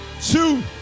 Two